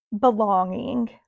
belonging